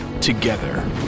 together